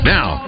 Now